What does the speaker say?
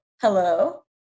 Hello